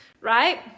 right